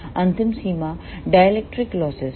अंतिम सीमा dielectric losses है